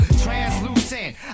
translucent